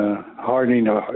hardening